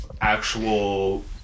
actual